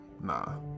Nah